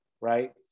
right